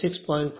તેથી તે 106